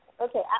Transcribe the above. Okay